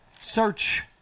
Search